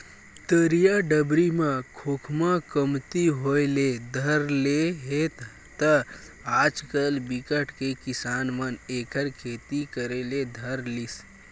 तरिया डबरी म खोखमा कमती होय ले धर ले हे त आजकल बिकट के किसान मन एखर खेती करे ले धर लिस